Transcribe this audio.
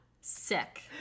Sick